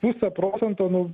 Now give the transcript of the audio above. pusę procento nu